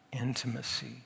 intimacy